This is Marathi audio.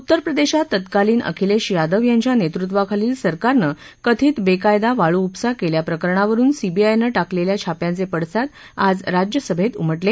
उत्तर प्रदेशात तत्कालीन अखिलेश यादव यांच्या नेतृत्वाखालील सरकारन कथित बेकायदा वाळू उपसा केल्याप्रकरणावरून सीबीआयनं टाकलेल्या छाप्यांचे पडसाद आज राज्यसभेत उमटले